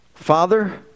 Father